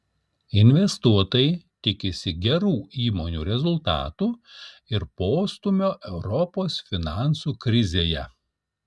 investuotojai tikisi gerų įmonių rezultatų ir postūmio europos finansų krizėje